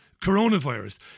coronavirus